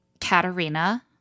Katerina